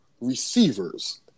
receivers